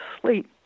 sleep